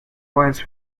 lines